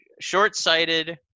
short-sighted